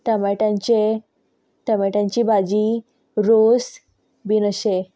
टमाटांचें टमाटांची भाजी रोस बीन अशें